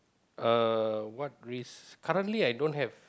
uh what risk currently I don't have